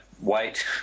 wait